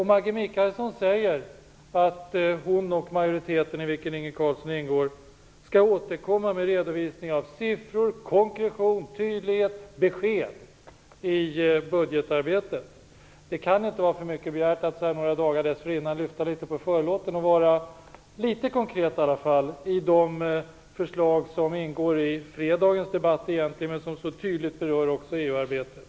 Maggi Mikaelsson säger att hon och majoriteten, i vilken Inge Carlsson ingår, skall återkomma med redovisning av siffror, konkretion, tydlighet och besked i budgetarbetet. Det kan inte vara för mycket begärt att ni så här några dagar dessförinnan lyfter på förlåten och är litet konkreta i de förslag som egentligen skall behandlas under fredagens debatt men som också så tydligt berör EU-arbetet.